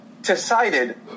Decided